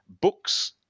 books